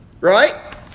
right